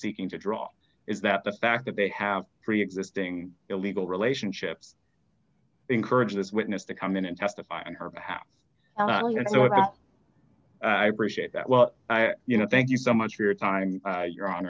seeking to draw is that the fact that they have preexisting illegal relationships encourage this witness to come in and testify on her behalf i appreciate that well you know thank you so much for your time and your hon